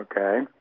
Okay